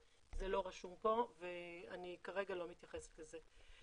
זה לא רשום פה ואני כרגע לא מתייחסת לזה.